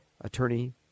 attorney